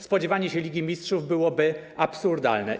Spodziewanie się Ligi Mistrzów byłoby absurdalne.